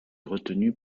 retenus